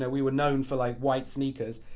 yeah we were known for like white sneakers.